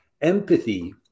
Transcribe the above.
Empathy